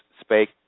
spake